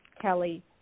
Kelly